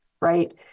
right